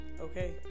Okay